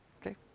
Okay